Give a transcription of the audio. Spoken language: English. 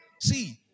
See